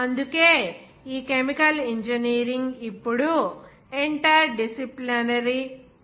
అందుకే ఈ chemical engineering ఇప్పుడు ఇంటర్ డిసిప్లినరీ ప్రొఫెషన్